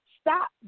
Stop